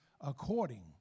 according